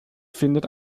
findet